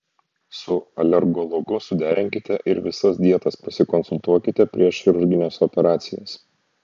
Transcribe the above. su alergologu suderinkite ir visas dietas pasikonsultuokite prieš chirurgines operacijas